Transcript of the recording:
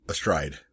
Astride